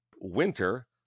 winter